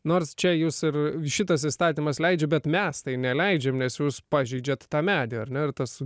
nors čia jūs ir šitas įstatymas leidžia bet mes tai neleidžiam nes jūs pažeidžiat tą medį ar tas